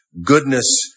goodness